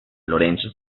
lorenzo